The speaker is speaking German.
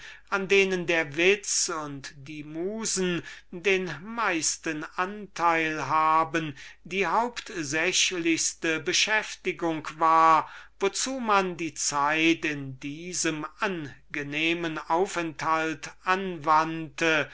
an denen der witz und die musen den meisten anteil haben die hauptsächlichste beschäftigung war wozu man die zeit in diesem angenehmen aufenthalt anwendete